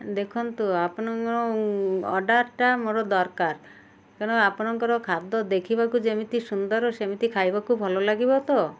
ଦେଖନ୍ତୁ ଆପଣଙ୍କ ଅର୍ଡ଼ରଟା ମୋର ଦରକାର କାରଣ ଆପଣଙ୍କର ଖାଦ୍ୟ ଦେଖିବାକୁ ଯେମିତି ସୁନ୍ଦର ସେମିତି ଖାଇବାକୁ ଭଲ ଲାଗିବ ତ